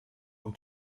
und